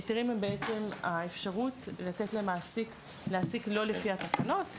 היתרים הם בעצם האפשרות לתת למעסיק להעסיק שלא לפי התקנות.